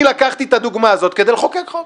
אני לקחתי את הדוגמה הזאת כדי לחוקק חוק.